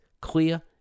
Clear